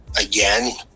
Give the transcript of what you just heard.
again